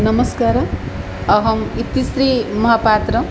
नमस्कारः अहम् इतिश्रीमहापात्रः